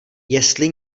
jestli